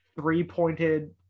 three-pointed